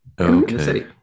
Okay